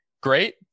great